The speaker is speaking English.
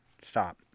stop